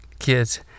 kids